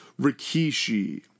Rikishi